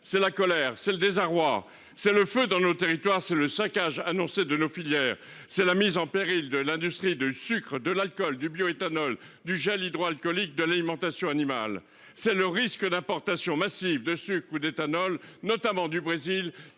c'est la colère, c'est le désarroi. C'est le feu dans nos territoires c'est le saccage annoncé de nos filières, c'est la mise en péril de l'industrie du sucre, de l'alcool du bioéthanol du gel hydro-alcoolique de l'alimentation animale, ça ne risque d'importation massive de ce coup d'éthanol notamment du Brésil,